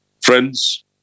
Friends